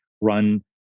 run